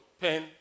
pen